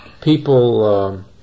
people